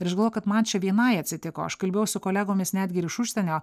ir aš galvojau kad man čia vienai atsitiko aš kalbėjau su kolegomis netgi iš užsienio